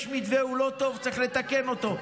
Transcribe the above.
יש מתווה, הוא לא טוב, וצריך לתקן אותו.